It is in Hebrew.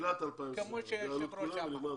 תחילת 2021 להעלות את כולם ונגמר הסיפור.